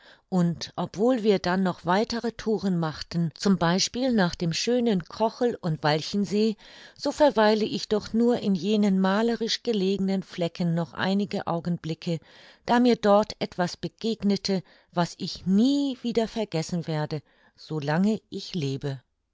und obwohl wir dann noch weitere touren machten z b nach dem schönen kochel und walchensee so verweile ich doch nur in jenen malerisch gelegenen flecken noch einige augenblicke da mir dort etwas begegnete was ich nie wieder vergessen werde so lang ich lebe